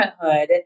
parenthood